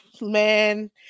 man